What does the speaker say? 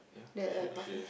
the coffee